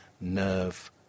nerve